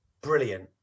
brilliant